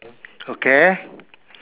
okay